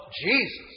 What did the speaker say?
Jesus